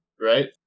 right